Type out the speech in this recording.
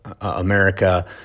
America